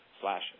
slash